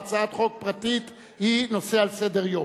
והצעת חוק פרטית היא נושא על סדר-היום,